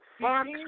Fox